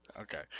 Okay